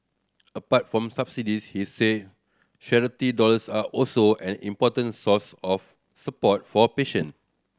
apart from subsidies he said charity dollars are also an important source of support for patient